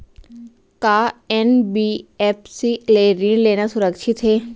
का एन.बी.एफ.सी ले ऋण लेना सुरक्षित हे?